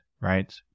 right